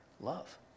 Love